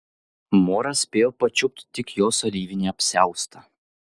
moras spėjo pačiupt tik jos alyvinį apsiaustą